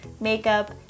makeup